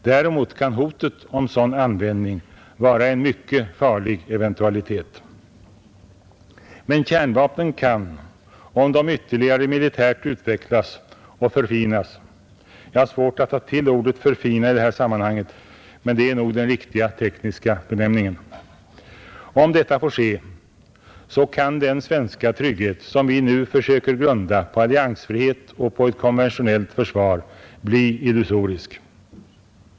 Däremot kan hotet om sådan användning vara en mycket farlig eventualitet. Om kärnvapnen ytterligare militärt utvecklas och förfinas — jag har svårt att ta till ordet ”förfinas” i det här sammanhanget, men det är nog den riktiga tekniska termen — kan den svenska trygghet som vi nu försöker grunda på alliansfrihet och på ett konventionellt försvar bli illusorisk.